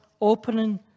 opening